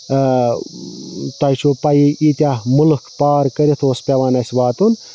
تۄہہِ چھو پَیی ایٖتیاہ مُلُکھ پار کٔرِتھ اوس پیٚوان اَسہِ واتُن